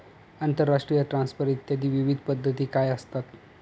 आंतरराष्ट्रीय ट्रान्सफर इत्यादी विविध पद्धती काय असतात?